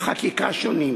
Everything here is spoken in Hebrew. חקיקה שונים: